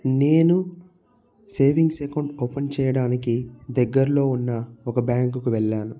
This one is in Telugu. నేను సేవింగ్స్ అకౌంట్ ఓపెన్ చేయడానికి దగ్గర్లో ఉన్న ఒక బ్యాంక్కు వెళ్లాను